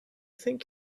think